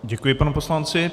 Děkuji panu poslanci.